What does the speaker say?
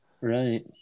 Right